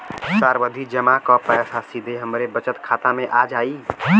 सावधि जमा क पैसा सीधे हमरे बचत खाता मे आ जाई?